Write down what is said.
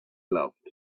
loved